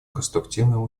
конструктивного